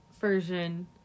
version